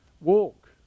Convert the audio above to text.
walk